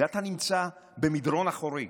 ואתה נמצא במדרון אחורי.